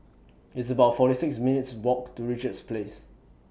It's about forty six minutes' Walk to Richards Place